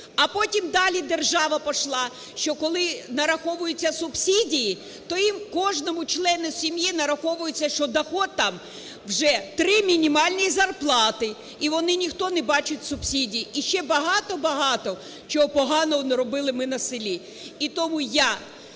А потім далі держава пішла, що коли нараховується субсидії, то їм кожному члену сім'ї нараховується, що дохід там вже три мінімальні зарплати і вони ніхто не бачать субсидії. І ще багато-багато чого поганого наробили ми на селі.